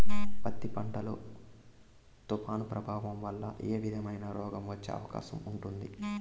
పత్తి పంట లో, తుఫాను ప్రభావం వల్ల ఏ విధమైన రోగం వచ్చే అవకాశం ఉంటుంది?